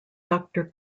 doctor